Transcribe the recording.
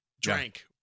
drank